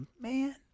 man